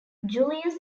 julius